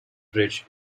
bridge